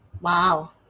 Wow